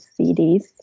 CDs